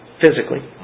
physically